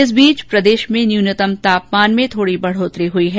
इस बीच प्रदेश में न्यूनतम तापमान में थोड़ों बढ़ोतरी हुई है